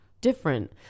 different